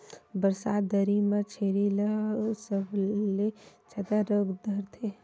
बरसात दरी म छेरी ल सबले जादा रोग धरथे